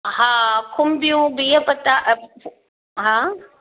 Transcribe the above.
हा खुंबियूं बीह पटाटा हा